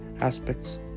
aspects